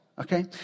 Okay